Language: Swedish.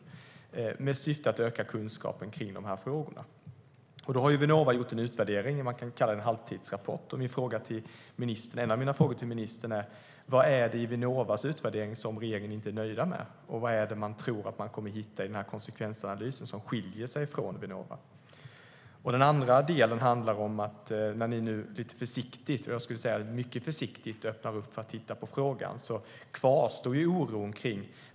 Syftet var att öka kunskapen om frågorna. Vinnova har gjort en utvärdering - man kan kalla det en halvtidsrapport. En av mina frågor till ministern är: Vad är det i Vinnovas utvärdering som regeringen inte är nöjd med, och vad är det man tror att man kommer att hitta i konsekvensanalysen som skiljer sig från Vinnova? En annan del handlar om att när ni nu mycket försiktigt öppnar upp för att titta på frågan kvarstår oron, Per Bolund.